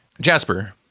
Jasper